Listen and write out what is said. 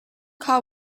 car